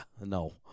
no